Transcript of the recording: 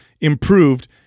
improved